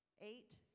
Eight